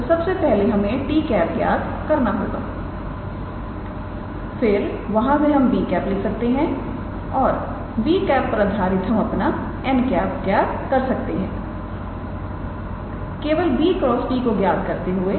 तो सबसे पहले हमें 𝑡̂ ज्ञात करना होगा फिर वहां से हम 𝑏̂ लिख सकते हैं और 𝑏̂ पर आधारित हम अपना 𝑛̂ ज्ञात कर सकते हैं केवल 𝑏̂ × 𝑡̂ को ज्ञात करते हुए